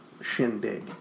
shindig